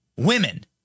Women